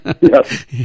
Yes